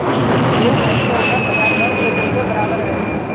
एक हेक्टेयर दस हजार वर्ग मीटर के बराबर है